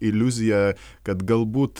iliuziją kad galbūt